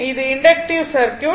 இது inductive circuit